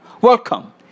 welcome